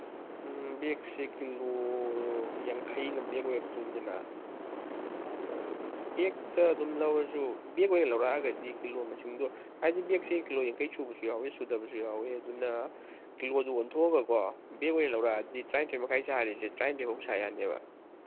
ꯎꯝ ꯕꯦꯒꯁꯤ ꯀꯤꯂꯣ ꯌꯥꯡꯈꯩꯅ ꯕꯦꯒ ꯑꯣꯏꯔꯛꯇꯣꯏꯅꯤꯗꯅ ꯑꯗꯨ ꯕꯦꯒꯇ ꯑꯗꯨꯝ ꯂꯧꯔꯁꯨ ꯕꯦꯒ ꯑꯣꯏꯅ ꯂꯧꯔꯛꯑꯒꯗꯤ ꯀꯤꯂꯣ ꯃꯁꯤꯡꯗꯣ ꯍꯥꯏꯗꯤ ꯕꯦꯒꯁꯦ ꯀꯤꯂꯣ ꯌꯥꯡꯈꯩ ꯁꯨꯕꯁꯨ ꯌꯥꯎꯋꯤ ꯁꯨꯗꯕꯁꯨ ꯌꯥꯎꯋꯤ ꯑꯗꯨꯅ ꯀꯤꯂꯣꯗ ꯑꯣꯟꯊꯣꯛꯑꯒꯀꯣ ꯕꯦꯒ ꯑꯣꯏ ꯂꯧꯔꯛꯑꯗꯤ ꯇ꯭ꯔꯥꯟꯊꯣꯏ ꯃꯈꯥꯏ ꯁꯥꯔꯤꯁꯦ ꯇ꯭ꯔꯥꯟꯊꯣꯏ ꯐꯥꯎ ꯁꯥ ꯌꯥꯅꯤꯕ